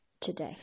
today